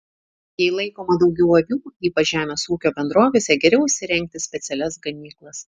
jei laikoma daugiau avių ypač žemės ūkio bendrovėse geriau įsirengti specialias ganyklas